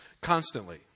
constantly